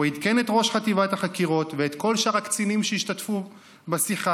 הוא עדכן את ראש חטיבת החקירות ואת כל שאר הקצינים שהשתתפו בשיחה,